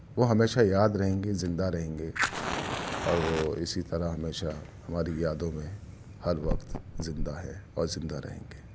وہ ہمیشہ یاد رہیں گے زندہ رہیں گے اور وہ اسی طرح ہمیشہ ہماری یادوں میں ہر وقت زندہ ہیں اور زندہ رہیں گے